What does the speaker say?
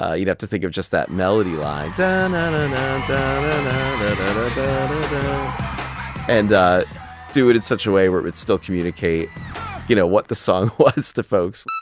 ah you'd have to think of just that melody line ah um and do it in such a way where it would still communicate you know what the song was to folks.